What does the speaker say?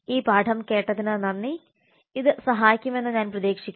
ഈ പാഠം കേട്ടതിന് നന്ദി ഇത് സഹായിക്കുമെന്ന് ഞാൻ പ്രതീക്ഷിക്കുന്നു